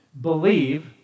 believe